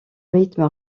rythme